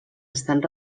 estan